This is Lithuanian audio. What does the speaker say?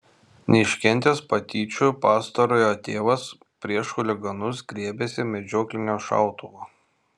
neiškentęs patyčių pastarojo tėvas prieš chuliganus griebėsi medžioklinio šautuvo